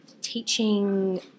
teaching